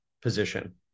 position